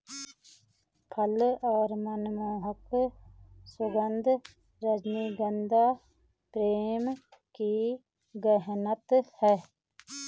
फल और मनमोहक सुगन्ध, रजनीगंधा प्रेम की गहनता है